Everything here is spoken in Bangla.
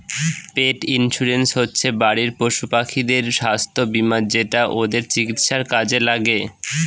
পেট ইন্সুরেন্স হচ্ছে বাড়ির পশুপাখিদের স্বাস্থ্য বীমা যেটা ওদের চিকিৎসার কাজে লাগে